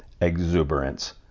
exuberance